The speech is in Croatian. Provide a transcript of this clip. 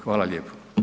Hvala lijepo.